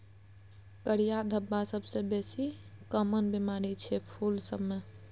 करिया धब्बा सबसँ बेसी काँमन बेमारी छै फुल सब मे